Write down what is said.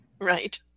right